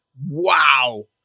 Wow